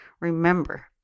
remember